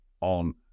on